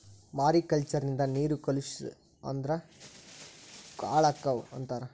mariculture ನಿಂದ ನೇರು ಕಲುಷಿಸ ಅಂದ್ರ ಹಾಳಕ್ಕಾವ ಅಂತಾರ